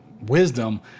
wisdom